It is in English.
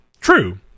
true